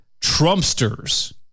Trumpsters